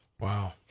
Wow